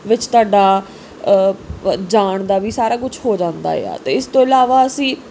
ਵਿੱਚ ਤੁਹਾਡਾ ਜਾਣ ਦਾ ਵੀ ਸਾਰਾ ਕੁਝ ਹੋ ਜਾਂਦਾ ਆ ਅਤੇ ਇਸ ਤੋਂ ਇਲਾਵਾ ਅਸੀਂ